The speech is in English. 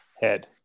head